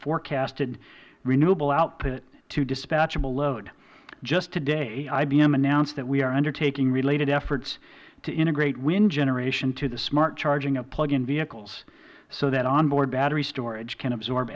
forecasted renewable output to dispatchable load just today ibm announced that we are undertaking related efforts to integrate wind generation to the smart charging of plug in vehicles so that on board battery storage can absorb